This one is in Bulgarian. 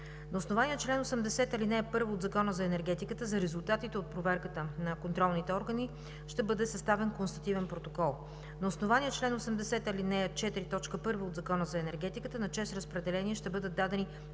На основание чл. 80, ал. 1 от Закона за енергетиката за резултатите от проверката на контролните органи ще бъде съставен констативен протокол. На основание чл. 80, ал. 4, т. 1 от Закона за енергетиката на „ЧЕЗ Разпределение“ ще бъдат дадени задължителни